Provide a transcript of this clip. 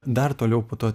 dar toliau po to